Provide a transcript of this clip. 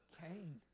Cain